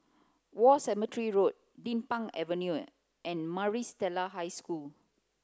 War Cemetery Road Din Pang Avenue and Maris Stella High School